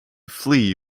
flee